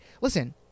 listen